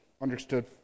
understood